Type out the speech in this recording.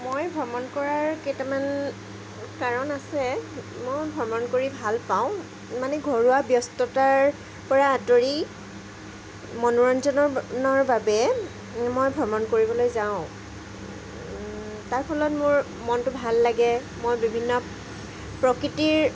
মই ভ্ৰমণ কৰাৰ কেইটামান কাৰণ আছে মই ভ্ৰমণ কৰি ভাল পাওঁ মানে ঘৰুৱা ব্যস্ততাৰ পৰা আঁতৰি মনোৰঞ্জনৰ বাবে মই ভ্ৰমণ কৰিবলৈ যাওঁ তাৰ ফলত মোৰ মনটো ভাল লাগে মই বিভিন্ন প্ৰকৃতিৰ